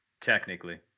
technically